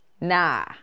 Nah